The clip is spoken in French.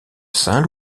saint